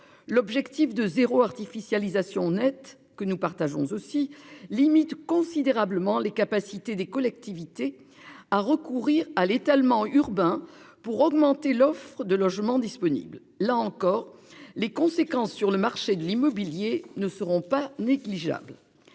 l'objectif de zéro artificialisation nette que nous partageons aussi limite considérablement les capacités des collectivités à recourir à l'étalement urbain, pour augmenter l'offre de logements disponibles, là encore les conséquences sur le marché de l'immobilier ne seront pas négligeables.